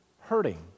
hurting